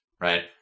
right